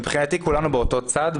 מבחינתי, כולנו באותו צד.